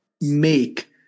make